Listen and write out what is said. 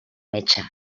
metge